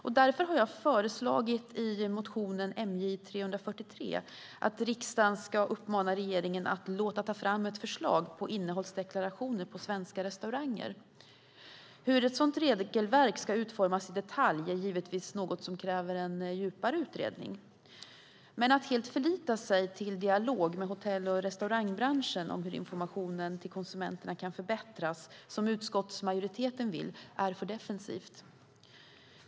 Jag har därför i motion MJ343 föreslagit att riksdagen ska uppmana regeringen att låta ta fram ett förslag på innehållsdeklarationer på svenska restauranger. Hur ett sådant regelverk ska utformas i detalj kräver givetvis en djupare utredning, men att helt förlita sig på dialog med hotell och restaurangbranschen om hur informationen till konsumenterna kan förbättras, som utskottsmajoriteten vill, är alltför defensivt.